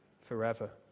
forever